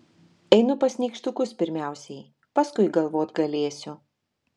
einu pas nykštukus pirmiausiai paskui galvot galėsiu